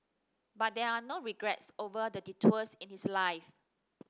but there are no regrets over the detours in his life